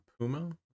Puma